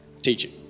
teaching